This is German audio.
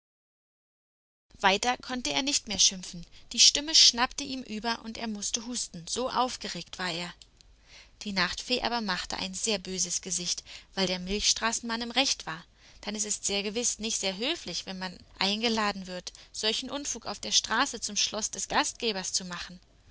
weiter konnte er nicht mehr schimpfen die stimme schnappte ihm über und er mußte husten so aufgeregt war er die nachtfee aber machte ein sehr böses gesicht weil der milchstraßenmann im recht war denn es ist gewiß nicht sehr höflich wenn man eingeladen wird solchen unfug auf der straße zum schloß des gastgebers zu machen